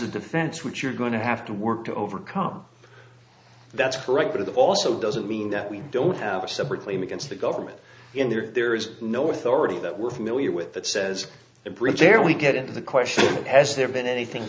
a defense which you're going to have to work to overcome that's correct but it also doesn't mean that we don't have a separate claim against the government in there there is no authority that we're familiar with that says the bridge where we get into the question has there been anything